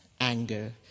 anger